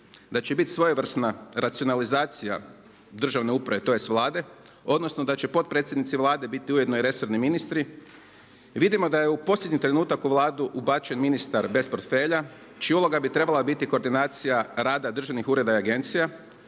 da će biti svojevrsna racionalizacija državne uprave tj. Vlade, odnosno da će potpredsjednici Vlade biti ujedno i resorni ministri, vidimo da je u posljednji trenutak u Vladu ubačen ministar bez portfelja čija uloga bi trebala biti koordinacija rada državnih ureda i agencija.